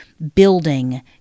building